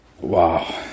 Wow